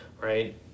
right